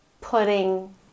pudding